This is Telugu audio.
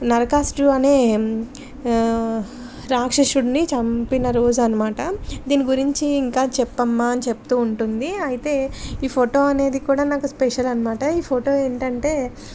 నరకాసురుడు అనే రాక్షుసుడిని చంపిన రోజు అన్నమాట దీని గురించి ఇంకా చెప్పమ్మా అని చెప్తు ఉంటుంది అయితే ఈ ఫోటో అనేది కూడా నాకు స్పెషల్ అన్నమాట ఈ ఫోటో ఏంటంటే